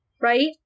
Right